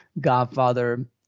Godfather